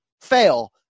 fail